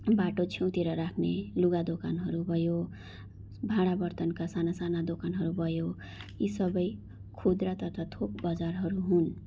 बाटो छेउतिर राख्ने लुगा दोकानहरू भयो भाँडा बर्तनका साना साना दोकानहरू भयो यी सबै खुद्रा तथा थोक बजारहरू हुन्